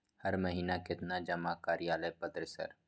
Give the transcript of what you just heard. हर महीना केतना जमा कार्यालय पत्र सर?